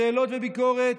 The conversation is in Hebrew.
שאלות וביקורת